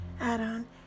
add-on